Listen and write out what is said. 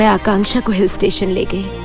akansha has